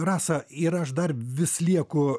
rasa ir aš dar vis lieku